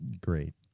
great